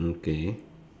okay